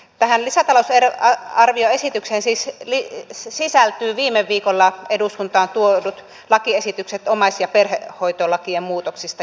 tähän lisätään useiden arvio esityksen sisäpeli lisätalousarvioesitykseen siis sisältyvät viime viikolla eduskuntaan tuodut lakiesitykset omais ja perhehoitolakien muutoksista